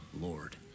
Lord